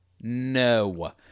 no